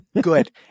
Good